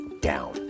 down